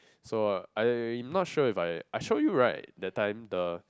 so I not sure if I I show you right the time the